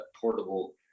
portable